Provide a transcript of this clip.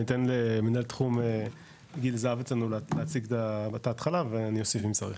אני אתן למנהל תחום גיל הזהב להציג את ההתחלה ואני אוסיף אם צריך.